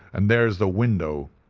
and there is the window.